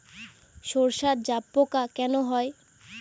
সর্ষায় জাবপোকা কেন হয়?